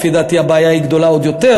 לפי דעתי, הבעיה היא גדולה עוד יותר,